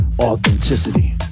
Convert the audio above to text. authenticity